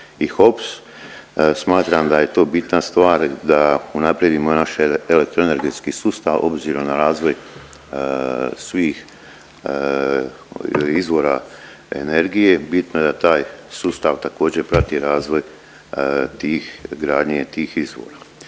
i HOPS smatram da je to bitna stvar da unaprijedimo naš elektroenergetski sustav obzir na razvoj svih izvora energije. Bitno je da taj sustav također prati razvoj tih, gradnje tih izvora.